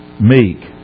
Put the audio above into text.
meek